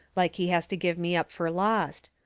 like he has to give me up fur lost.